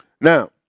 Now